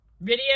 video